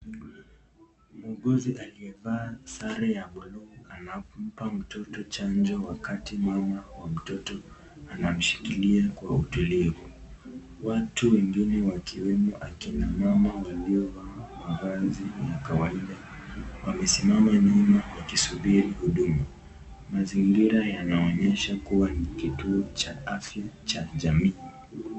Muuguzi aliyevaa sare ya bluu anampa mtoto chanjo wakati mama wa mtoto anamshikilia kwa utulivu, watu wengine watatu wakiwemo akina mama waliovaa mavazi ya kawaida wamesimama nyuma wakisubiri huduma, mazingira yanaonyesha kuwa ni kituo cha afya cha jamii.